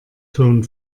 ton